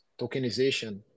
tokenization